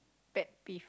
pet peeve